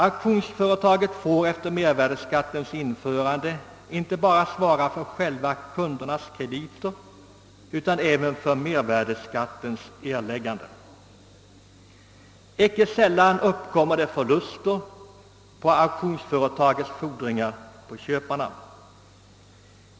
Auktionsföretaget får efter mervärdeskattens införande inte bara svara för = själva kundkrediterna utan även stå kreditrisken för mervärdeskatten. Icke sällan uppkommer förluster på auktionsföretagets fordringar hos köparna.